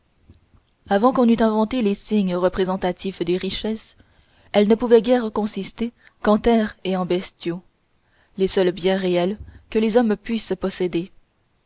avant qu'on eût inventé les signes représentatifs des richesses elles ne pouvaient guère consister qu'en terres et en bestiaux les seuls biens réels que les hommes puissent posséder